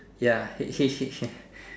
ya H H H ah